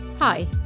Hi